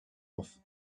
off